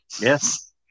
Yes